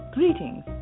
Greetings